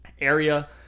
area